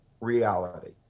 reality